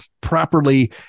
properly